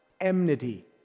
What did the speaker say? enmity